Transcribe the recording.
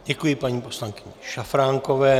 Děkuji paní poslankyni Šafránkové.